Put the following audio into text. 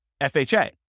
FHA